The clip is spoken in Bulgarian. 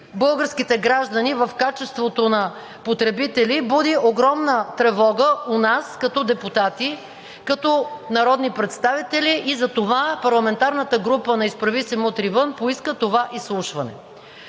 българските граждани в качеството на потребители, буди огромна тревога у нас като депутати, като народни представители и затова парламентарната група на „Изправи се! Мутри вън!“ поиска това изслушване.